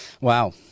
Wow